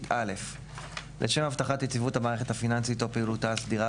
36י. לשם הבטחת יציבות המערכת הפיננסית או פעילותה הסדירה,